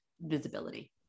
visibility